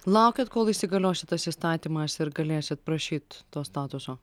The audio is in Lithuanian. laukėt kol įsigalios šitas įstatymas ir galėsit prašyt to statuso